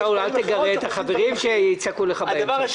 שאול, אל תגרה את החברים שיצעקו לך בהמשך.